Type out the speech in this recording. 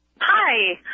Hi